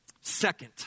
Second